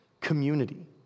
community